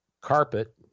carpet